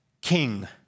king